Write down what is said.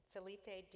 Felipe